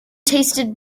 tasted